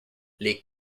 les